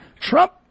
Trump